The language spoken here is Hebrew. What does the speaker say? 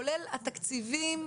כולל התקציבים,